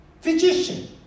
physician